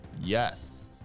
Yes